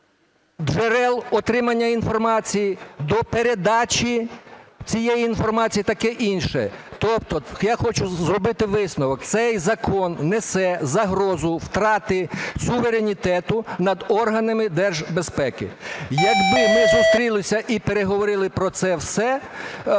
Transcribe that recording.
джерел отримання інформації, до передачі цієї інформації і таке інше. Тобто я хочу зробити висновок: цей закон несе загрозу втрати суверенітету над органами держбезпеки. Якби ми зустрілися і переговорили про це все,